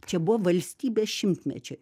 čia buvo valstybės šimtmečiui